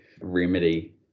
Remedy